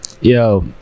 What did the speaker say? Yo